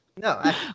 No